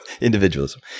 individualism